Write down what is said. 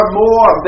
more